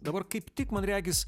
dabar kaip tik man regis